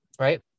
right